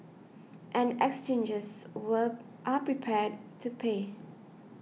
and exchanges were are prepared to pay